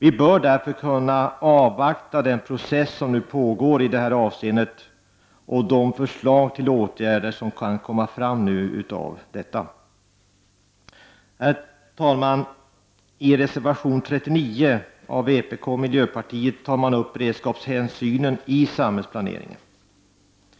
Vi bör därför kunna avvakta den process som nu pågår i detta avseende och de förslag till åtgärder som kan bli resultatet av detta. I reservation 39 av vpk och miljöpartiet tas frågan om beredskapshänsynen i samhällsplaneringen upp.